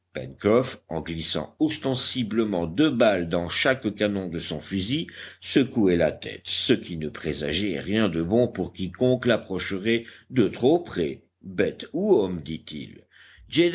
en glissant ostensiblement deux balles dans chaque canon de son fusil secouait la tête ce qui ne présageait rien de bon pour quiconque l'approcherait de trop près bête ou homme dit-il